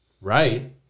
right